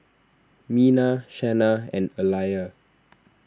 Mina Shanna and Alijah